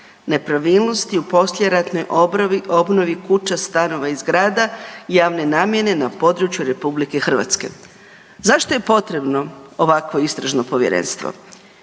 nepravilnosti u poslijeratnoj obnovi kuća, stanova i zgrada javne namjene na području RH. Zašto je potrebno ovakvo istražno povjerenstvo?